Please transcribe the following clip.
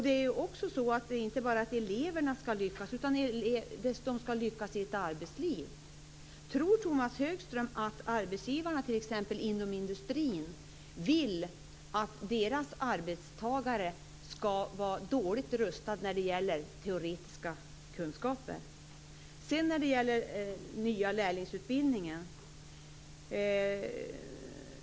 Det är inte bara att eleverna ska lyckas. De ska lyckas i ett arbetsliv. Tror Tomas Högström att arbetsgivarna inom industrin vill att deras arbetstagare ska vara dåligt rustade när det gäller teoretiska kunskaper? Sedan var det frågan om den nya lärlingsutbildningen.